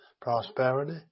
prosperity